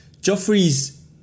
Joffrey's